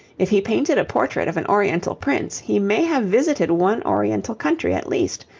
if he painted a portrait of an oriental prince, he may have visited one oriental country at least,